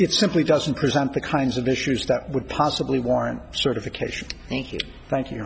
it simply doesn't present the kinds of issues that would possibly warrant certification thank you thank you